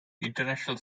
international